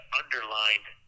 underlined